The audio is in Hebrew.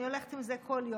אני הולכת עם זה כל יום.